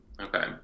Okay